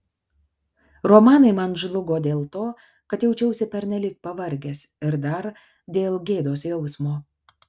romanai man žlugo dėl to kad jaučiausi pernelyg pavargęs ir dar dėl gėdos jausmo